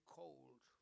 cold